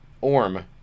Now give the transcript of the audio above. Orm